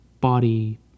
body